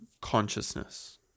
consciousness